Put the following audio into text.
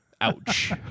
Ouch